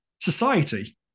Society